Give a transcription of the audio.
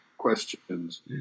questions